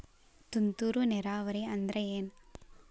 ತುಂತುರು ನೇರಾವರಿ ಅಂದ್ರ ಏನ್?